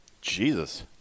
Jesus